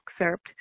excerpt